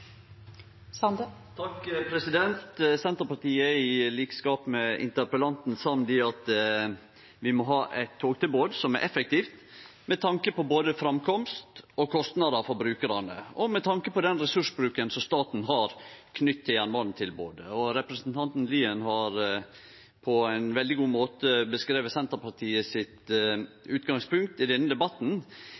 med tanke på framkomst og kostnader for brukarane og med tanke på den ressursbruken som staten har knytt til jernbanetilbodet. Representanten Lien har på ein veldig god måte beskrive Senterpartiets utgangspunkt i denne debatten,